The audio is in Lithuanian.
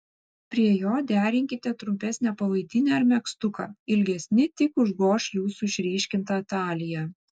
prie jo derinkite trumpesnę palaidinę ar megztuką ilgesni tik užgoš jūsų išryškintą taliją